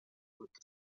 with